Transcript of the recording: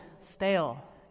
stale